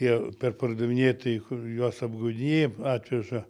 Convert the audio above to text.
tie perpardavinėtojai kur juos apgaudinėja atveža